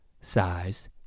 size